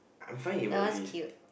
I find emoji